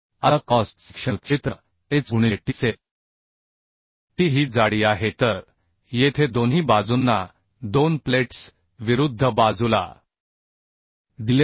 आता cross sectional क्षेत्र h गुणिले tअसेलt ही जाडी आहे तर येथे दोन्ही बाजूंना 2 प्लेट्स विरुद्ध बाजूला दिल्या आहेत